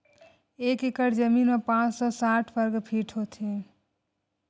एक एकड़ जमीन मा पांच सौ साठ वर्ग फीट होथे